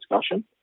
discussion